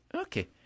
okay